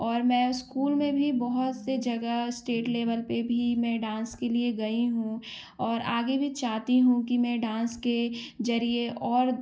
और मैं स्कूल में भी बहुत से जगह स्टेट लेवल पर भी मैं डांस के लिए गई हूँ और आगे भी चाहती हूँ कि मैं डांस के जरिये और